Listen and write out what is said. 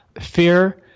Fear